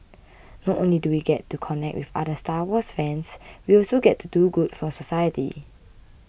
not only do we get to connect with other Star Wars fans we also get to do good for society